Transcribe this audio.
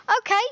okay